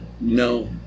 No